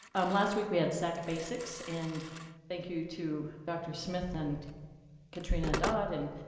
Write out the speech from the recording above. um last week, we had so like basics, and thank you to dr. smith and katrina dodd and